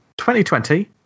2020